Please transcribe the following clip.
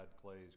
Clay's